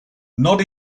not